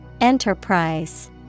Enterprise